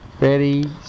Ready